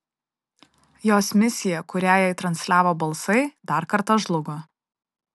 jos misija kurią jai transliavo balsai dar kartą žlugo